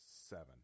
Seven